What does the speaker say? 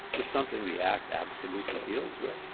is something the act absolutely deals with.